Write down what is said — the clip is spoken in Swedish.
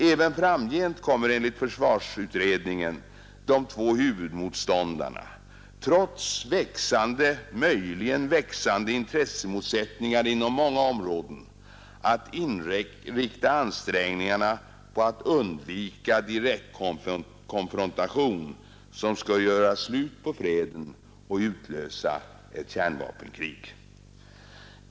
Även framgent kommer enligt försvarsutredningen de två huvudmotståndarna trots möjligen växande intressemotsättningar inom många områden att inrikta ansträngningarna på att undvika en direktkonfrontation som skulle kunna göra slut på freden och utlösa ett kärnvapenkrig.